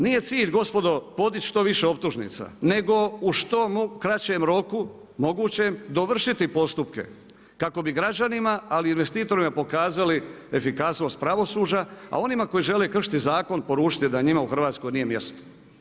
Nije cilj gospodo, podići što više optužnica nego u što kraćem roku mogućem, dovršiti postupke kako bi građanima ali i investitorima pokazali efikasnost pravosuđa a onima koji žele kršiti zakon, poručiti da njima u Hrvatskoj nije mjesto.